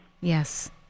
Yes